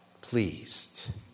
pleased